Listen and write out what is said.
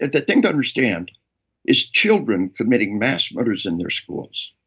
the thing to understand is children committing mass murders in their schools,